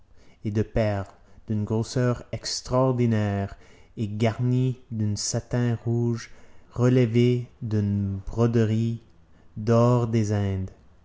et de perles d'une grosseur extraordinaire et garnies d'un satin rouge relevé d'une broderie d'or des indes